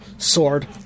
Sword